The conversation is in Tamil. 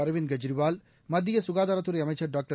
அரவிந்த் கெஜ்ரிவால் மத்தியசுகாதாரத்துறைஅமைச்ச் டாக்டர்